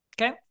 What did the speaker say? Okay